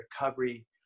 recovery